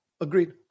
agreed